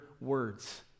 words